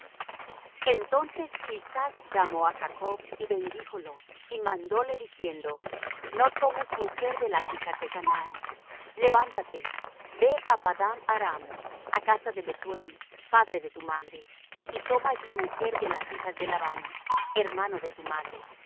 entonces isaac llamó á jacob y bendíjolo y mandóle diciendo no tomes mujer de las hijas de canaán levántate ve á padan aram á casa de bethuel padre de tu madre y toma allí mujer de las hijas de labán hermano de tu madre